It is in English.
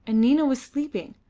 and nina was sleeping,